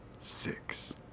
six